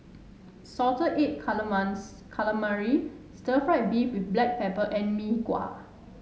Salted Egg Calamari stir fry beef with Black Pepper and Mee Kuah